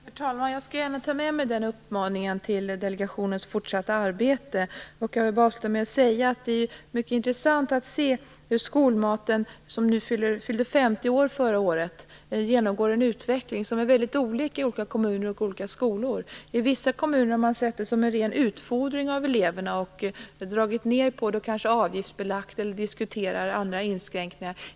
Herr talman! Jag skall gärna ta med mig den uppmaningen till delegationens fortsatta arbete. Jag vill avsluta med att säga att det är mycket intressant att se hur skolmaten, som ju fyllde 50 år förra året, genomgår en utveckling som är olika i olika kommuner och skolor. I vissa kommuner har man sett den som en ren utfordring av eleverna, och dragit ned på den eller avgiftsbelagt den och diskuterar andra inskränkningar.